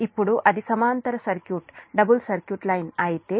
ఇప్పుడు అది సమాంతర సర్క్యూట్ డబుల్ సర్క్యూట్ లైన్ అయితే